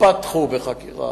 פתחו בחקירה.